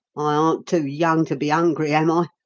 i aren't too young to be ungry, am i?